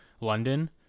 London